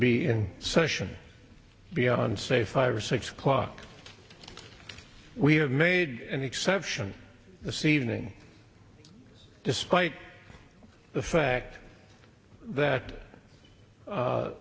be in session beyond say five or six o'clock we have made an exception this evening despite the fact that